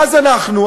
ואז אנחנו,